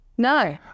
No